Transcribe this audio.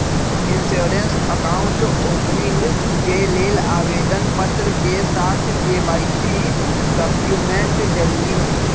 insurance account opening के लेल आवेदन पत्र के साथ के.वाई.सी डॉक्यूमेंट जरुरी हइ